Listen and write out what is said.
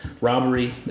Robbery